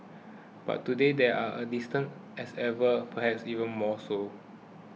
but today they are as distant as ever perhaps even more so